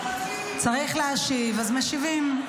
חבר הכנסת גלעד קריב, אתה בקריאה